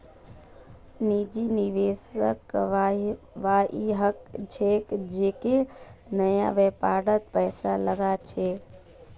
निजी निवेशक वई ह छेक जेको नया व्यापारत पैसा लगा छेक